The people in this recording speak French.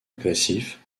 agressif